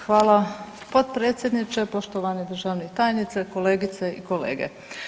Hvala potpredsjedniče, poštovani državni tajniče, kolegice i kolege.